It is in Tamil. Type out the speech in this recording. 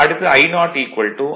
அடுத்து I0Ii Im 1